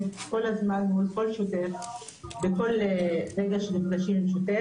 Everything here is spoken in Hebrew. כל הזמן מול כל שוטר בכל רגע שנפגשים עם שוטר.